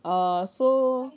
ah so